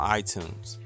iTunes